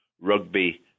rugby